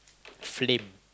flame